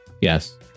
yes